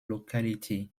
locality